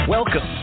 Welcome